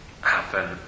happen